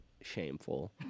shameful